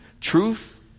Truth